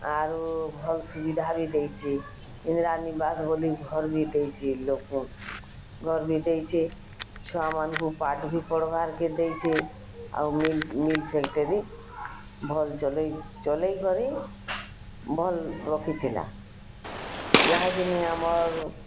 ଆରୁ ଭଲ୍ ସୁବିଧା ବି ଦେଇଛେ ଇନ୍ଦିରା ନିବାସ୍ ବଲି ଘର୍ ବି ଦେଇଛେ ଲୋକ୍କୁ ଘର୍ ବି ଦେଇଛେ ଛୁଆମାନ୍କୁ ପାଠ୍ ବି ପଢ଼୍ବାର୍ କେ ଦେଇଛେ ଆଉ ମିଲ୍ ମିଲ୍ ଫ୍ୟାକ୍ଟେରୀ ଭଲ୍ ଚଲେଇ ଚଲେଇ କରି ଭଲ୍ ରଖିଥିଲା ଈହାଛିନି ଆମର୍